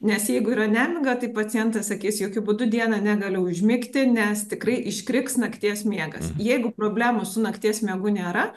nes jeigu yra nemiga tai pacientas sakys jokiu būdu dieną negaliu užmigti nes tikrai iškriks nakties miegas jeigu problemų su nakties miegu nėra